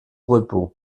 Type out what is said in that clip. repos